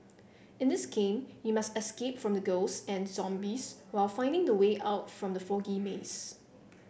in this game you must escape from ghosts and zombies while finding the way out from the foggy maze